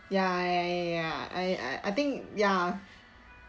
ya ya ya ya I I think ya